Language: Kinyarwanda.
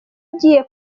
igiye